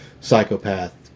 psychopath